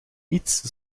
iets